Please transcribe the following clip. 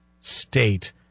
state